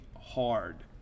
hard